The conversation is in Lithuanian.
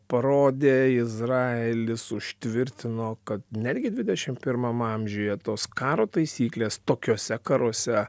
parodė izraelis užtvirtino kad netgi dvidešim pirmam amžiuje tos karo taisyklės tokiuose karuose